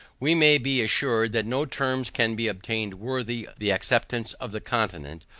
we may be assured that no terms can be obtained worthy the acceptance of the continent,